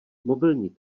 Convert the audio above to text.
mobilní